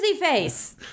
face